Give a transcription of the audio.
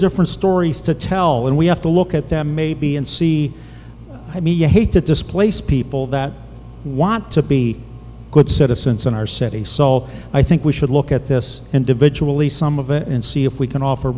different stories to tell when we have to look at them maybe and see i mean i hate to displace people that want to be good citizens in our city so i think we should look at this individually some of it and see if we can offer